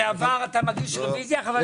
חבר הכנסת משה סולומון מבקש רוויזיה.